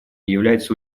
является